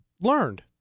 learned